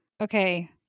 Okay